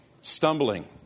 Stumbling